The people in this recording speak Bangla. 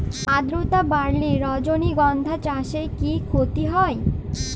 আদ্রর্তা বাড়লে রজনীগন্ধা চাষে কি ক্ষতি হয়?